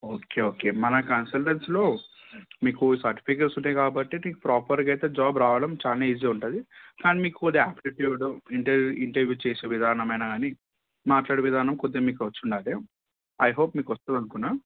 okay okay మన కన్సల్టెన్సీలో మీకు సర్టిఫికెట్స్ ఉంటాయి కాబట్టి మీకు ప్రాపర్గా అయితే జాబ్ రావడం చాలా ఈజీ ఉంటుంది కానీ మీకు ఆప్టిట్యూడ్ ఇంటర్వ్యూ ఇంటర్వ్యూ చేసే విధానం అయిన కానీ మాట్లాడే విధానం కొద్దిగా మీకు వచ్చి ఉండాలి ఐహోప్ మీకు వస్తుందని అనుకున్న